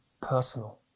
personal